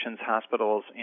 hospitals